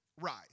rise